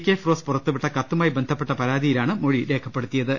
K Firoz പുറത്തുവിട്ട കത്തുമായി ബന്ധപ്പെട്ട പരാതിയിലാണ് മൊഴിരേഖപ്പെടുത്തിയത്